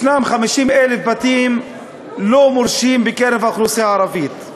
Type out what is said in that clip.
ישנם 50,000 בתים לא מורשים בקרב האוכלוסייה הערבית.